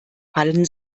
fallen